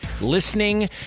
listening